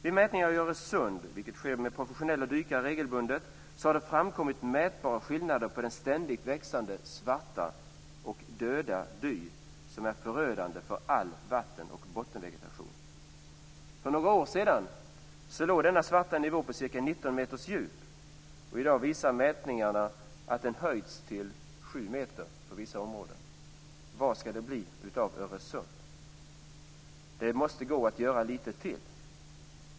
Vid mätningar i Öresund, vilket sker med professionella dykare regelbundet, har det framkommit mätbara skillnader på den ständigt växande svarta och döda dy som är förödande för all vatten och bottenvegetation. För några år sedan låg denna svarta nivå på ca 19 meters djup, och i dag visar mätningarna att den höjts till sju meter på vissa områden. Vad skall det bli av Öresund? Det måste gå att göra lite till!